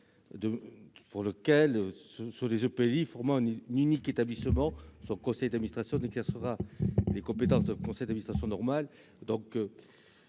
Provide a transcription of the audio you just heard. duquel, dans les EPLEI formant un unique établissement, le conseil d'administration est censé exercer les compétences d'un conseil d'administration normal.